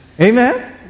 amen